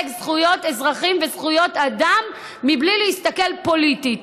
זכויות אזרחים וזכויות אדם בלי להסתכל פוליטית.